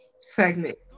segment